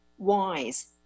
wise